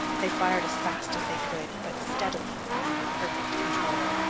they fired as fast as they could, but steadily and under perfect control.